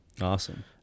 Awesome